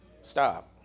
Stop